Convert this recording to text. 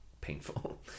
painful